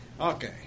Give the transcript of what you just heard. Okay